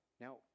Now